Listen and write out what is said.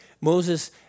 Moses